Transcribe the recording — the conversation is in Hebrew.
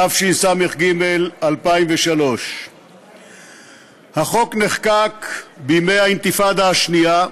התשס"ג 2003. החוק נחקק בימי האינתיפאדה השנייה,